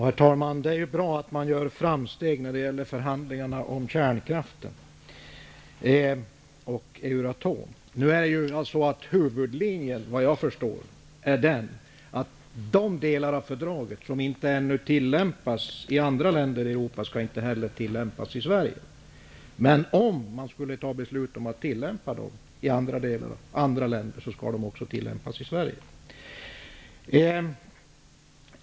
Herr talman! Det är bra att man gör framsteg när det gäller förhandlingarna om kärnkraften och Euratom. Huvudlinjen är tydligen att de delar av fördraget som ännu inte tillämpas i andra länder i Europa inte heller skall tillämpas i Sverige. Men om man skulle besluta att tillämpa dem i andra länder skall de också tillämpas i Sverige.